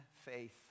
faith